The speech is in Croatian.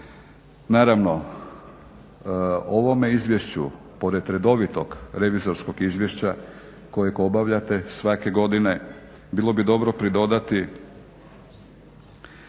naravno ovome izvješću pored redovitog revizorskog izvješća kojeg obavljate svake godine bilo bi dobro pridodati